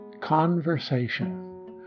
Conversation